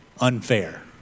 unfair